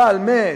הבעל מת?